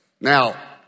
Now